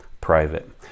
private